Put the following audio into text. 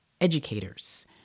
educators